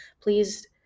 please